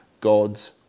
God's